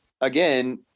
again